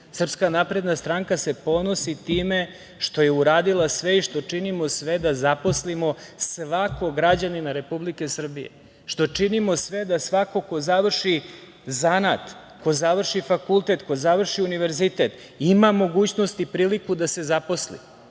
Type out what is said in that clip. ponosimo time, SNS se ponosi time što je uradila sve i što činimo sve da zaposlimo svakog građanina Republike Srbije, što činimo sve da svako ko završi zanat, ko završi fakultet, ko završi univerzitet ima mogućnost i priliku da se zaposli.